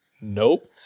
Nope